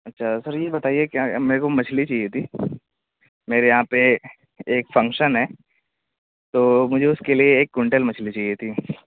اچھا سر یہ بتائیے کیا میرے کو مچھلی چاہیے تھی میرے یہاں پہ ایک فنکشن ہے تو مجھے اس کے لیے ایک کونٹل مچھلی چاہیے تھی